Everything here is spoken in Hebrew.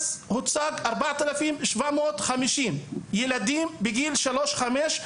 אז המספר שהוצג היה 4750. ילדים בגילאי שלוש עד חמש,